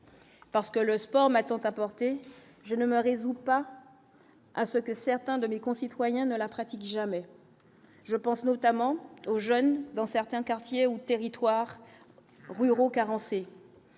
parce que le sport m'a tant apporté, je ne me résous pas à ce que certains de mes concitoyens de la pratique jamais, je pense notamment aux jeunes dans certains quartiers ou territoires ruraux carencé.